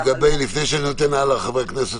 לפני שאני נותן הלאה לחברי כנסת,